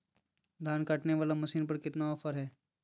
धान काटने वाला मसीन पर कितना ऑफर हाय?